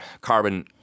carbon